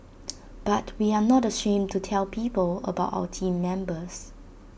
but we are not ashamed to tell people about our Team Members